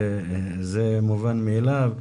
זה מובן מאליו,